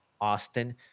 Austin